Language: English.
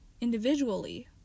individually